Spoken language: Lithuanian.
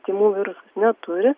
tymų virusas neturi